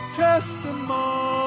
testimony